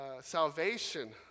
salvation